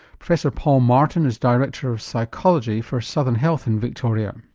professor paul martin is director of psychology for southern health in victoria.